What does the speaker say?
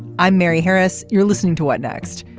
i'm mary harris. you're listening to what next.